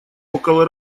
около